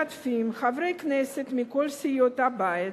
משתתפים חברי כנסת מכל סיעות הבית,